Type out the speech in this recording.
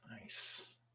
Nice